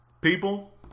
People